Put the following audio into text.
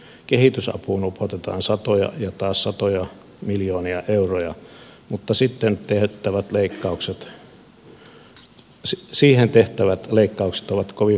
kehitysapuun upotetaan satoja ja taas satoja miljoonia euroja mutta siihen tehtävät leikkaukset ovat kovin maltillisia